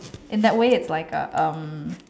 in that way it's like a um